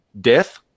death